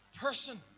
person